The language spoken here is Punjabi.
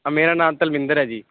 ਮੇਰਾ ਨਾਮ ਤਲਵਿੰਦਰ ਹੈ ਜੀ